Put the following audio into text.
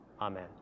Amen